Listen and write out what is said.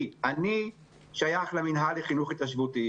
אני שייך למינהל לחינוך התיישבותי